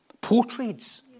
portraits